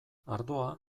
ardoa